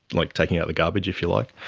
like taking out garbage if you like,